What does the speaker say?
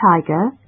tiger